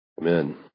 Amen